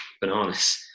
bananas